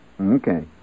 Okay